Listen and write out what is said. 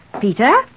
Peter